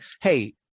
Hey